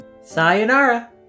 Sayonara